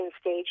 stage